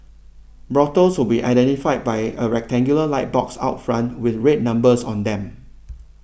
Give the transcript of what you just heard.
brothels would be identified by a rectangular light box out front with red numbers on them